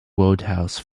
wodehouse